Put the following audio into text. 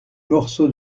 morceaux